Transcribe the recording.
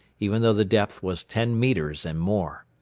even though the depth was ten metres and more.